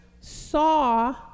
saw